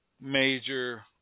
major